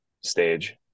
stage